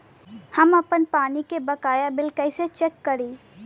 हम आपन पानी के बकाया बिल कईसे चेक करी?